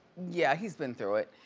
yeah, he's been through it.